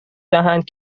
دهند